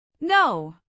No